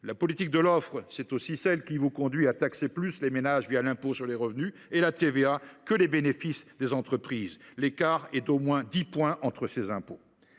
La politique de l’offre, c’est aussi celle qui vous conduit à taxer plus les ménages, l’impôt sur le revenu et la TVA, que les bénéfices des entreprises. L’écart est de dix points au moins